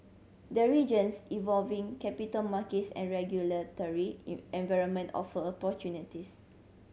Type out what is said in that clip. the region's evolving capital markets and regulatory environment offer opportunities